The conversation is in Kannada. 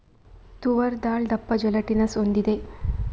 ತೂವರ್ ದಾಲ್ ದಪ್ಪ ಜೆಲಾಟಿನಸ್ ಹೊಂದಿದೆ